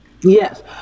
Yes